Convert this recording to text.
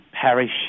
parish